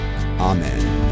Amen